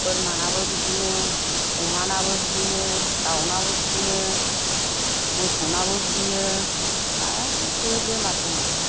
बोरमानाबो बिदिनो अमानाबो बिदिनो दाउनाबो बिदिनो मोसौनाबो बिदिनो गासैबो बेमार दंजोबो